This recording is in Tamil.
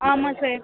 ஆமாம் சார்